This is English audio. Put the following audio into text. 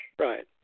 Right